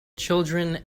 children